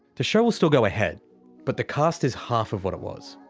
the show will still go ahead but the cast is half of what it was.